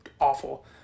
awful